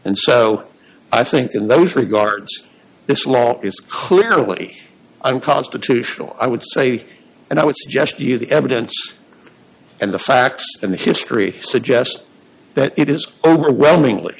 and so i think in those regards this law is clearly unconstitutional i would say and i would suggest you the evidence and the facts and history suggest that it is overwhelmingly